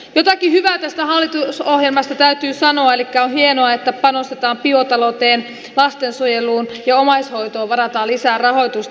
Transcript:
jotakin hyvää tästä hallitusohjelmasta täytyy sanoa elikkä on hienoa että panostetaan biotalouteen lastensuojeluun ja omaishoitoon varataan lisää rahoitusta